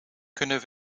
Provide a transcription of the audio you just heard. kunnen